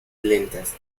lentas